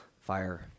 fire